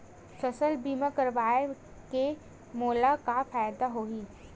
फसल बीमा करवाय के मोला का फ़ायदा हवय?